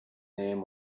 name